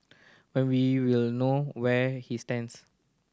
then we will know where he stands